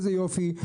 איזה יופי,